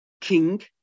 King